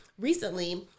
recently